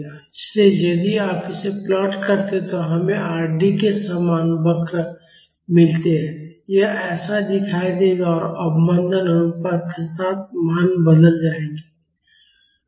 इसलिए यदि आप इसे प्लॉट करते हैं तो हमें Rd के समान वक्र मिलते हैं यह ऐसा दिखाई देगा और अवमंदन अनुपात के साथ मान बदल जाएंगे